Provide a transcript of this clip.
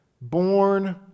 born